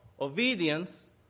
obedience